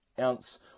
ounce